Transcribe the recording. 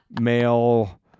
male